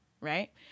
right